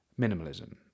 minimalism